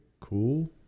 cool